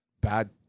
bad